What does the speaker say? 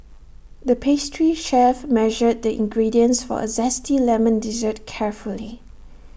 the pastry chef measured the ingredients for A Zesty Lemon Dessert carefully